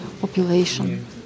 population